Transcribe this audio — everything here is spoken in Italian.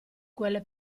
quelle